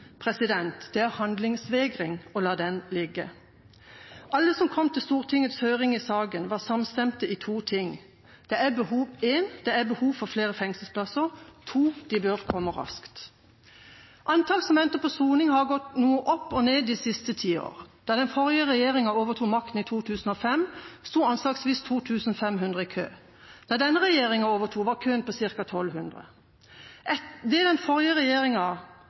Det er handlingsvegring å la den ligge. Alle som kom til Stortingets høring i saken, var samstemt i to ting: Det er behov for flere fengselsplasser. De bør komme raskt. Antallet som venter på soning, har gått noe opp og ned de siste tiår. Da den forrige regjeringa overtok makten i 2005, sto anslagsvis 2 500 i kø. Da denne regjeringa overtok, var køen på ca. 1 200. Den forrige regjeringa